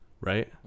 Right